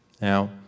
Now